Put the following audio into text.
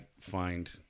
find